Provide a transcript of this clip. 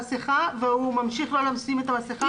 את המסכה והוא ממשיך לא לשים את המסכה?